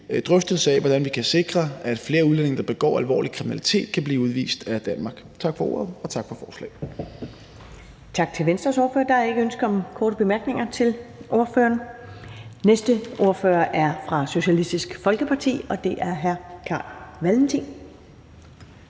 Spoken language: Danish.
drøftelse af, hvordan vi kan sikre, at flere udlændinge, der begår alvorlig kriminalitet, kan blive udvist af Danmark. Tak for ordet, og tak for forslaget. Kl. 10:23 Første næstformand (Karen Ellemann): Tak til Venstres ordfører. Der er ikke ønske om korte bemærkninger til ordføreren. Næste ordfører er fra Socialistisk Folkeparti, og det er hr. Carl Valentin.